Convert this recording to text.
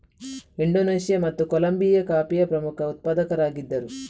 Indonesia ಮತ್ತು Colombia ಕಾಫಿಯ ಪ್ರಮುಖ ಉತ್ಪಾದಕರಾಗಿದ್ದರು